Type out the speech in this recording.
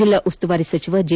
ಜಿಲ್ಲಾ ಉಸ್ತುವಾರಿ ಸಚಿವ ಜೆ